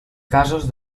casos